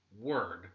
word